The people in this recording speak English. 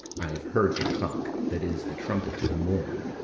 i have heard the cock, that is the trumpet to the morn,